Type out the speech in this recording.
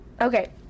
Okay